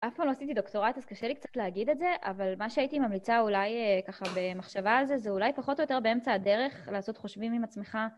אף פעם לא עשיתי דוקטורט אז קשה לי קצת להגיד את זה, אבל מה שהייתי ממליצה אולי ככה במחשבה על זה זה אולי פחות או יותר באמצע הדרך לעשות חושבים עם עצמך